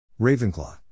Ravenclaw